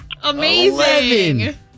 Amazing